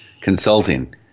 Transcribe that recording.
consulting